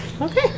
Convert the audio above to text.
Okay